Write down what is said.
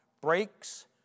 breaks